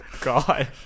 God